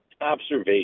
observation